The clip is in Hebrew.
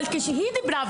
אבל כשהיא דיברה,